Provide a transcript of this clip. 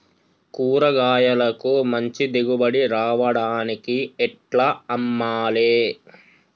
కూరగాయలకు మంచి దిగుబడి రావడానికి ఎట్ల అమ్మాలే?